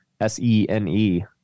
S-E-N-E